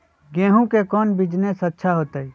गेंहू के कौन बिजनेस अच्छा होतई?